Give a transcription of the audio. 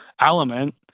element